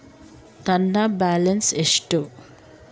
ನನ್ನ ಬ್ಯಾಲೆನ್ಸ್ ಎಷ್ಟು?